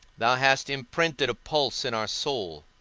thou hast imprinted a pulse in our soul,